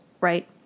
right